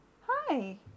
Hi